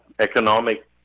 economic